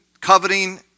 coveting